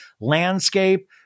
landscape